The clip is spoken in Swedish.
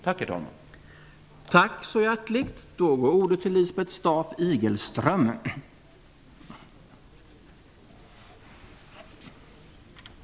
Tack, herr talman!